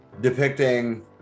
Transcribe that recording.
depicting